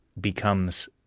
becomes